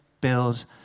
build